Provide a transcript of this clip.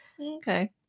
Okay